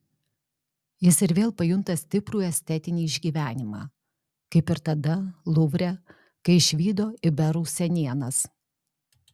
jis ir vėl pajunta stiprų estetinį išgyvenimą kaip ir tada luvre kai išvydo iberų senienas